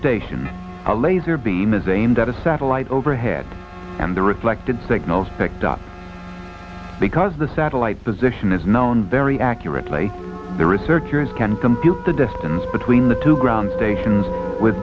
station a laser beam is aimed at a satellite overhead and the reflected signals picked up because the satellite position is known very accurately the researchers can compute the distance between the two ground stations with